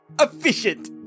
Efficient